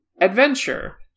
Adventure